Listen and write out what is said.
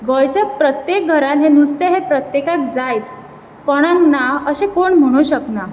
गोंयचे प्रत्येक घरान हे नुस्तें हे प्रत्येकाक जायच कोणाक ना अशें कोण म्हणूंक शकना